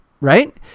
right